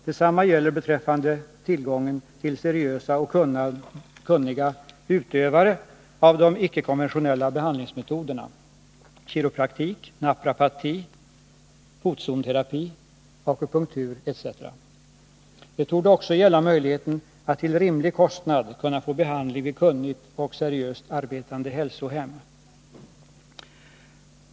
Detsamma gäller beträffande tillgången till seriösa och kunniga utövare av de icke konventionella behandlingsmetoderna — kiropraktik, naprapati, fotzonterapi, akupunktur, etc. Det torde också gälla möjligheten att till rimlig kostnad kunna få behandling vid kunnigt och seriöst arbetande hälsohem.